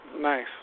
Nice